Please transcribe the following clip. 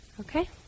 okay